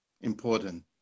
important